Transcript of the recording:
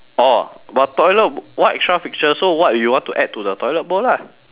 orh but toilet what extra feature so what you want to add to the toilet bowl lah